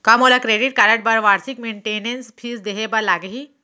का मोला credit card बर वार्षिक मेंटेनेंस फीस देहे बर लागही?